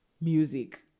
music